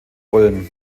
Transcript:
ulm